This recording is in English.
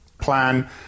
plan